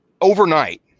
overnight